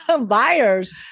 Buyers